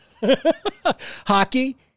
Hockey